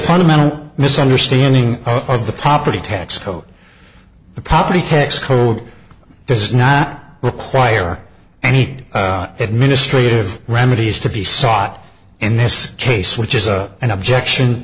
fundamental misunderstanding of the property tax code the property tax code does not require any administrative remedies to be sought in this case which is a an objection